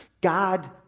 God